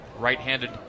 Right-handed